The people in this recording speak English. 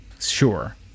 sure